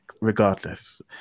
regardless